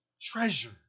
treasure